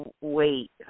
wait